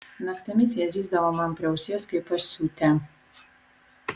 naktimis jie zyzdavo man prie ausies kaip pasiutę